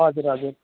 हजुर हजुर